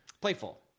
playful